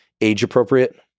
age-appropriate